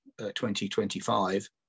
2025